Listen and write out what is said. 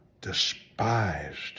despised